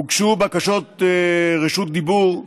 הוגשו בקשות רשות דיבור.